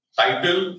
title